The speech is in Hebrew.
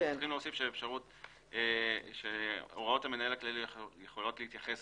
אנחנו צריכים להוסיף שהוראות המנהל הכללי יכולות להתייחס